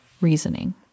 reasoning